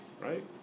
right